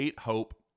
Hope